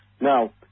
Now